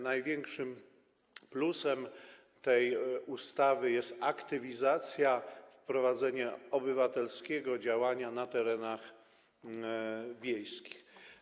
Największym plusem tej ustawy jest aktywizacja, wprowadzenie obywatelskiego działania na terenach wiejskich.